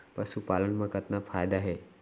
पशुपालन मा कतना फायदा हे?